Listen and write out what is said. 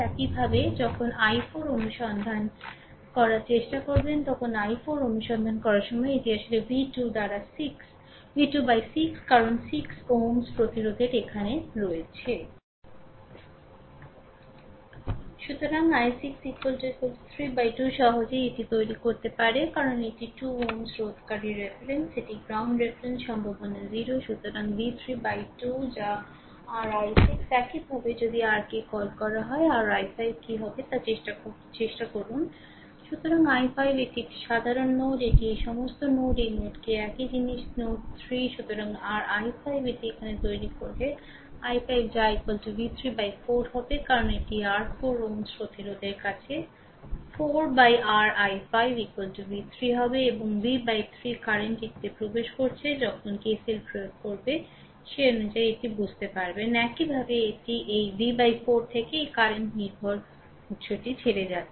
একইভাবে এটি এই V 4 থেকে এই কারেন্ট নির্ভর উত্সটি ছেড়ে যাচ্ছে